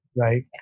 Right